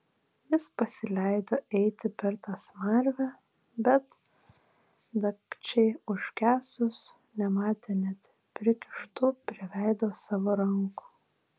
jis pasileido eiti per tą smarvę bet dagčiai užgesus nematė net prikištų prie veido savo rankų